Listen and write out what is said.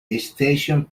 station